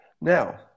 Now